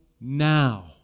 now